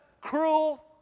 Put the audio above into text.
cruel